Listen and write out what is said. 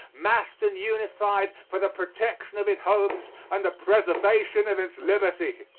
massed and unified for the protection of its homes and the preservation of its liberty.